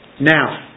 Now